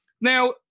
Now